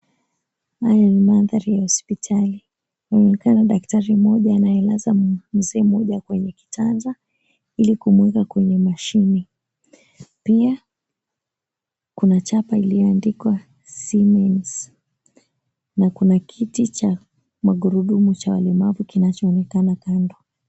Haya ni mandhari ya hospitali. Inaonekana daktari mmoja anayelaza mzee mmoja kwenye kitanda ili kumuweka kwenye mashine. Pia kuna chapa ilioandikwa SIEMENS na kuna kiti cha magurudumu cha walemavu kinachoonekana kando.